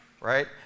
right